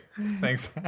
Thanks